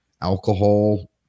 Alcohol